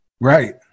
Right